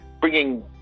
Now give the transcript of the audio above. bringing